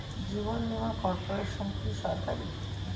জীবন বীমা কর্পোরেশন কি সরকারি?